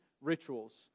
rituals